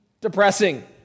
depressing